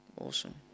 Awesome